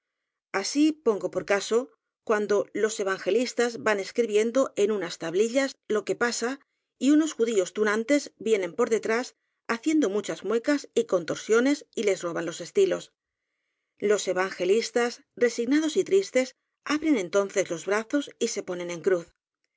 así pongo por caso cuando los evangelistas van escribiendo en unas tablillas lo que pasa y unos judíos tunantes vienen por detrás haciendo muchas muecas y con torsiones y les roban los estilos los evangelistas resignados y tristes abren entonces los brazos y se ponen en cruz